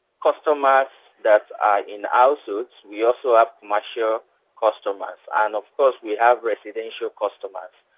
customers that are in houses. we also have mature customers. and of course we have residential customers,